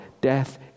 death